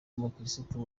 umukirisitu